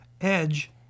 edge